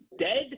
dead